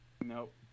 Nope